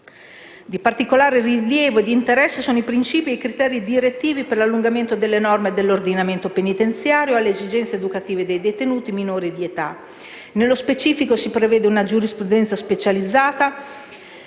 Di particolare rilievo ed interesse sono i principi e criteri direttivi per l'adeguamento delle norme dell'ordinamento penitenziario alle esigenze educative dei detenuti minori di età. Nello specifico si prevede una giurisdizione specializzata